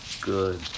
good